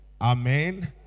Amen